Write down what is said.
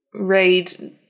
raid